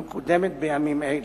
המקודמת בימים אלה.